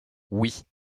oui